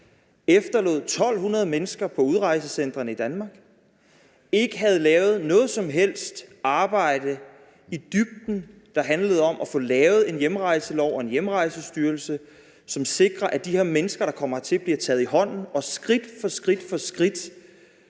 efterlod 1.200 mennesker på udrejsecentrene i Danmark, at hun ikke havde lavet noget som helst arbejde i dybden, der handlede om at få lavet en hjemrejselov og en Hjemrejsestyrelse, som kunne sikre, at de mennesker, der kommer hertil, bliver taget i hånden og skridt for skridt får at